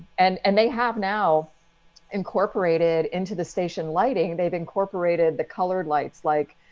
and and they have now incorporated into the station lighting. they've incorporated the colored lights like,